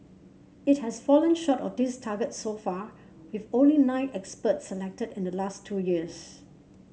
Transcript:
it has fallen short of this target so far with only nine experts selected in the last two years